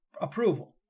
approval